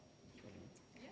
Tak